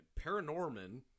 Paranorman